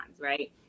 right